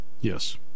yes